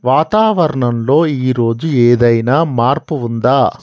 వాతావరణం లో ఈ రోజు ఏదైనా మార్పు ఉందా?